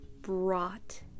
brought